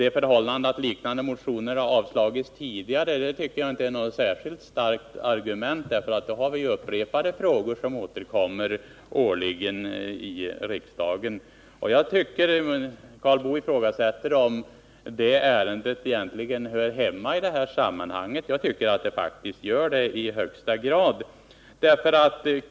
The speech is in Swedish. Det förhållandet att liknande motioner har avslagits tidigare tycker jag inte är något särskilt starkt argument, eftersom flera frågor kommer tillbaka varje år här i riksdagen. Karl Boo ifrågasatte om ärendet egentligen hör hemma i detta sammanhang. Enligt min mening gör det faktiskt det i allra högsta grad.